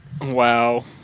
Wow